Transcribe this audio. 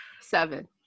seven